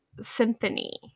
symphony